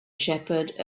shepherd